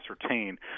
ascertain